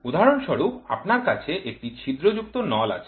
উদাহরণস্বরূপ আপনার কাছে একটি ছিদ্রযুক্ত নল আছে